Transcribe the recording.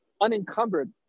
unencumbered